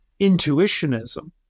intuitionism